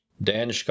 Dan